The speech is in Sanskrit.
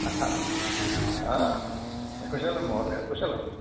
हा हा कुशलं महोदय कुशलम्